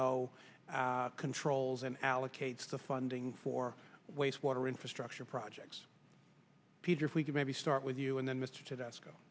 know controls and allocates the funding for waste water infrastructure projects peter if we can maybe start with you and then mr to the sc